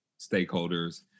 stakeholders